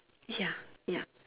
ya ya